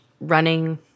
running